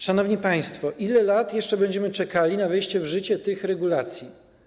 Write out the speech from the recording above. Szanowni państwo, ile jeszcze lat będziemy czekali na wejście w życie tych regulacji?